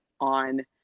on